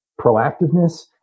proactiveness